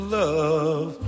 love